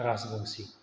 Rajbanshi